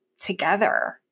together